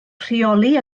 rheoli